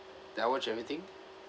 that I watch anything